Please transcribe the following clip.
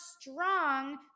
strong